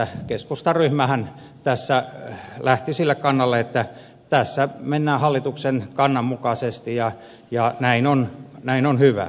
keskustan ryhmähän tässä lähti sille kannalle että tässä mennään hallituksen kannan mukaisesti ja näin on hyvä